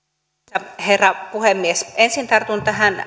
arvoisa herra puhemies ensin tartun tähän